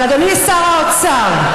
אבל אדוני שר האוצר,